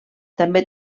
també